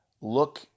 look